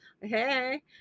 Hey